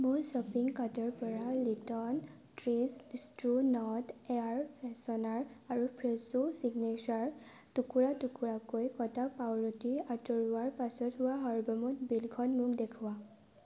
মোৰ শ্বপিং কাৰ্টৰ পৰা little trees true north air freshener আৰু ফ্ৰেছো চিগনেচাৰ টুকুৰা টুকুৰাকৈ কটা পাওৰুটি আঁতৰোৱাৰ পাছত হোৱা সৰ্বমুঠ বিলখন মোক দেখুওৱা